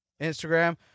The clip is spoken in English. Instagram